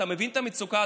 אתה מבין את המצוקה,